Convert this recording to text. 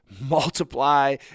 multiply